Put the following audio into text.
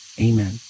Amen